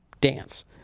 dance